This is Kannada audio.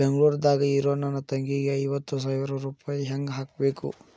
ಬೆಂಗಳೂರದಾಗ್ ಇರೋ ನನ್ನ ತಂಗಿಗೆ ಐವತ್ತು ಸಾವಿರ ರೂಪಾಯಿ ಹೆಂಗ್ ಹಾಕಬೇಕು?